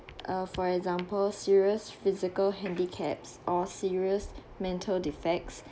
uh for example serious physical handicaps or serious mental defects